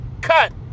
cut